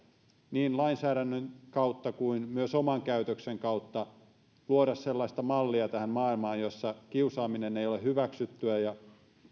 niin lainsäädännön kautta kuin myös oman käytöksen kautta luoda tähän maailmaan sellaista mallia jossa kiusaaminen ei ole hyväksyttyä ja